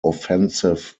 offensive